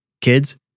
Kids